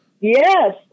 Yes